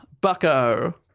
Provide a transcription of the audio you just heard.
Bucko